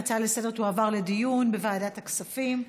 ההצעה לסדר-היום תועבר לדיון בוועדת הכספים.